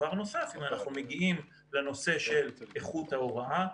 דבר נוסף הוא בנושא איכות ההוראה.